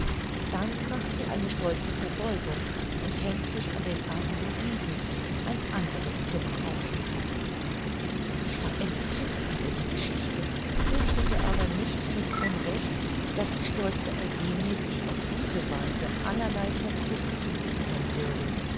dann macht sie eine stolze verbeugung und hängt sich an den arm louises ein anderes zimmer aufsuchend ich war entzückt über die geschichte fürchtete aber nicht mit unrecht daß die stolze eugenie sich auf diese weise allerlei verdruß zuziehen würde